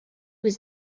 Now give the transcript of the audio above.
his